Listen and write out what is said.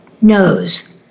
knows